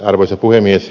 arvoisa puhemies